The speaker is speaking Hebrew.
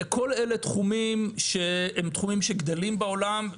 כל אלו תחומים שגדלים בעולם.